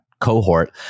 cohort